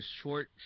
short